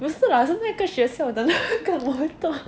不是啦是那个学校的那个 monitor